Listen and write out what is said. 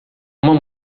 uma